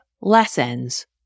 lessons